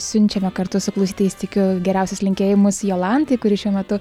siunčiame kartu su klausytojais tikiu geriausius linkėjimus jolantai kuri šiuo metu